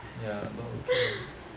ya but okay lah